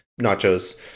nachos